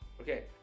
Okay